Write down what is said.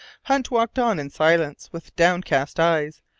hunt walked on in silence with downcast eyes,